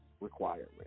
requirement